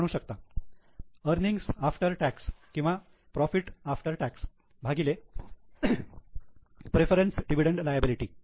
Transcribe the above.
म्हणू शकता earnings after tax किंवा प्रोफिट आफ्टर टॅक्स भागिले प्रेफरन्स डिव्हिडंड लायबिलिटी